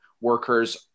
workers